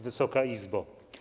Wysoka Izbo!